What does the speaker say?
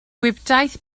gwibdaith